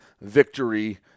victory